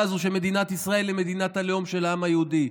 הזו שמדינת ישראל היא מדינת הלאום של העם היהודי,